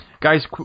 guys